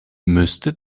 müsste